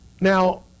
Now